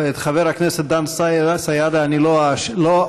את חבר הכנסת דן סיידה אני לא אעניש,